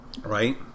Right